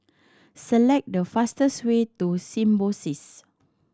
select the fastest way to Symbiosis